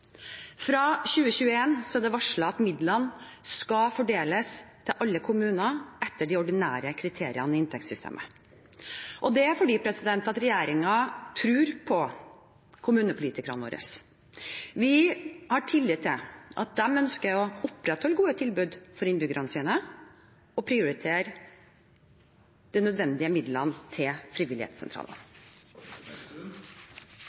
er det varslet at midlene skal fordeles til alle kommuner etter de ordinære kriteriene i inntektssystemet. Det er fordi regjeringen tror på kommunepolitikerne våre. Vi har tillit til at de ønsker å opprettholde gode tilbud for innbyggerne sine og prioritere de nødvendige midlene til